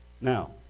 Now